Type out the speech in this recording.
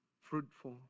fruitful